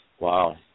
Wow